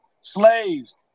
slaves